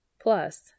Plus